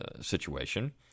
situation